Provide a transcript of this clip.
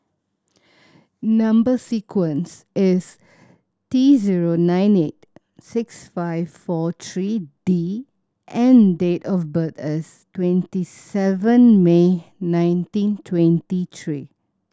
number sequence is T zero nine eight six five four three D and date of birth is twenty seven May nineteen twenty three